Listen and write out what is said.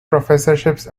professorships